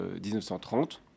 1930